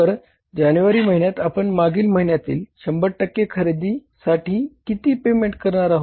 तर जानेवारी महिन्यात आपण मागील महिन्यांतील 100 टक्के खरेदीसाठी किती पेमेंट करणार आहोत